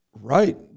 Right